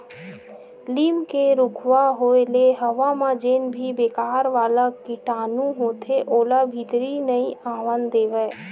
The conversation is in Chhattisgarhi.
लीम के रूखवा होय ले हवा म जेन भी बेकार वाला कीटानु होथे ओला भीतरी नइ आवन देवय